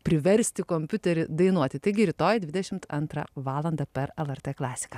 priversti kompiuterį dainuoti taigi rytoj dvidešimt antrą valandą per lrt klasika